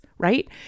right